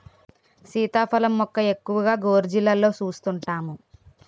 సీతాఫలం మొక్క ఎక్కువగా గోర్జీలలో సూస్తుంటాము